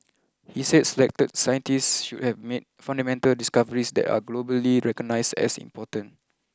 he said selected scientists should have made fundamental discoveries that are globally recognised as important